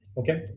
okay,